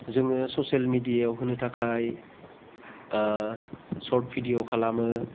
जोङो ससियेल मिदियाआव होनो थाखाय सर्ट भिदिय' खालामो